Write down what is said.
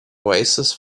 oasis